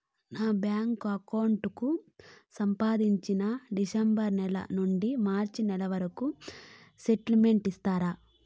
నా bank account కు సంబంధించి డిసెంబరు నెల నుండి మార్చి నెలవరకు స్టేట్మెంట్ ఇస్తారా?